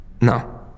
No